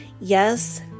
Yes